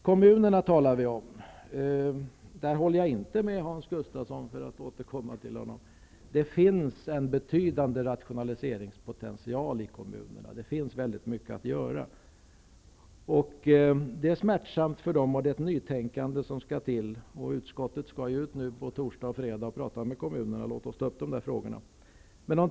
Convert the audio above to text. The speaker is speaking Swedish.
När det gäller kommunerna håller jag inte med Hans Gustafsson. Det finns en betydande rationaliseringspotential i kommunerna och väldigt mycket att göra. Det är smärtsamt för kommunerna nu när det skall till ett nytänkande. Utskottet skall på torsdag och fredag diskutera med kommunerna, och då skall vi ta upp dessa frågor.